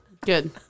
Good